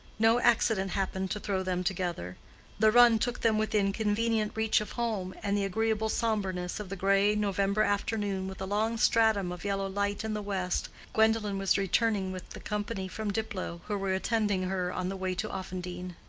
no accident happened to throw them together the run took them within convenient reach of home, and the agreeable sombreness of the gray november afternoon, with a long stratum of yellow light in the west, gwendolen was returning with the company from diplow, who were attending her on the way to offendene.